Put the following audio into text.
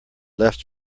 left